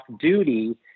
duty